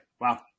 Wow